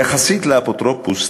יחסית לאפוטרופוס,